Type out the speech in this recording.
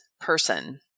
person